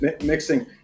mixing